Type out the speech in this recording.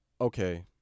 okay